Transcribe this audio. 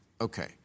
Okay